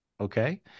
Okay